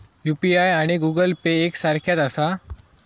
UPI आणि Google Pay एक सारख्याच आसा?